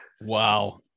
Wow